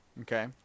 Okay